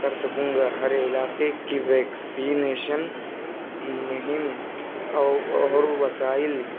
کر سکوں گا ہر علاقے کی ویکسینیشن مہم اور اور وسائل